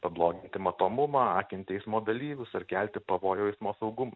pabloginti matomumą akinti eismo dalyvius ar kelti pavojų eismo saugumui